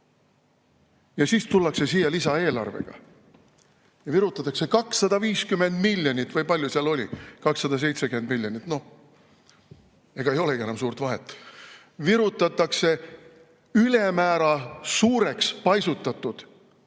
Ja siis tullakse siia lisaeelarvega ja virutatakse 250 miljonit või palju seal oli, 270 miljonit, no ega ei olegi suurt vahet, ülemäära suureks paisutatud